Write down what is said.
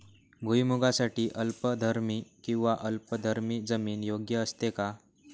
भुईमूगासाठी अल्कधर्मी किंवा आम्लधर्मी जमीन योग्य असते का?